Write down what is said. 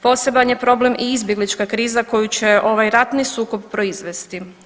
Poseban je problem i izbjeglička kriza koju će ovaj ratni sukob proizvesti.